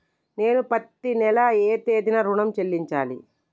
నేను పత్తి నెల ఏ తేదీనా ఋణం చెల్లించాలి?